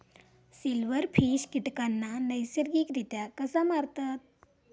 Silverfish कीटकांना नैसर्गिकरित्या कसा मारतत?